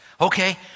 okay